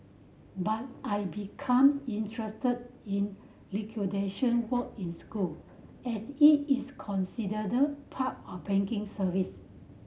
but I become interested in liquidation work in school as it is considered part of banking service